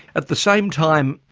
at the same time,